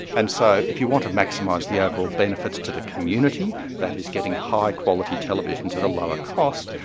and so if you want to maximise the overall benefits to the community, that is getting high quality televisions at a lower cost,